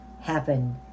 happen